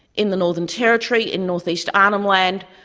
in the northern territory, in northeast arnhem land,